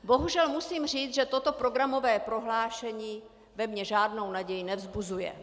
Bohužel musím říct, že toto programové prohlášení ve mně žádnou naději nevzbuzuje.